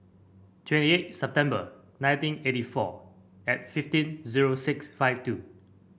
twenty eight September nineteen eighty four and fifteen zero six five two